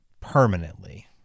permanently